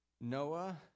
Noah